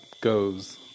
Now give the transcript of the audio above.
goes